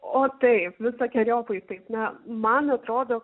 o taip visokeriopai taip na man atrodo